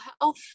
health